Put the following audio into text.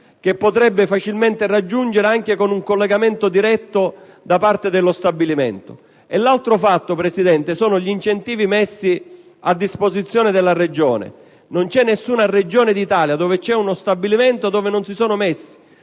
che si potrebbe facilmente raggiungere anche con un collegamento diretto dallo stabilimento. L'altro fatto, Presidente, sono gli incentivi messi a disposizione dalla Regione. Non c'è alcuna Regione d'Italia, dove c'è uno stabilimento, in cui non si sono messi